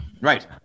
Right